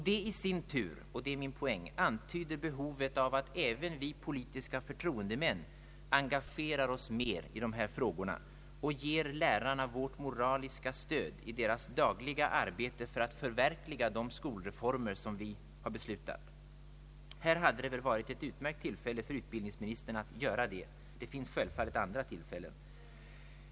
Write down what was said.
Detta i sin tur — det är min poäng — antyder behovet av att även vi politiska förtroendemän engagerar oss mer i dessa frågor och ger lärarna vårt mo raliska stöd i deras dagliga arbete för att förverkliga de skolreformer som vi har beslutat. Här hade väl varit ett utmärkt tillfälle för utbildningsministern att göra detta.